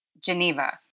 Geneva